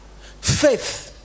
faith